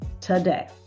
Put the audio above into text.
today